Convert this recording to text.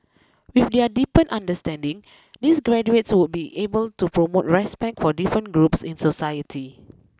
with their deepened understanding these graduates would be able to promote respect for different groups in society